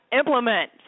implement